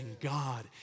God